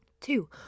Two